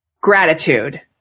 gratitude